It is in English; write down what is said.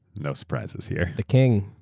no surprises here. the king.